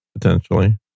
potentially